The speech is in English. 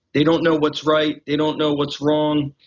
they don't know what's right, they don't know what's wrong,